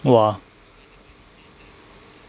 !wah!